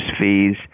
fees